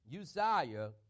Uzziah